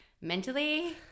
Mentally